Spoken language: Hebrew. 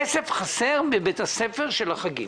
כסף חסר בבית הספר של החגים.